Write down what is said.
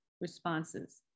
responses